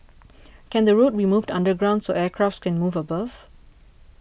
can the road be moved underground so aircraft can move above